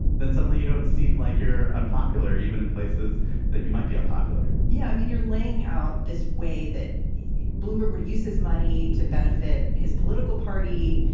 then suddenly you don't seem like you're unpopular even in places that you might be unpopular yeah. i mean, you're laying out this way that bloomberg would use his money to benefit his political party,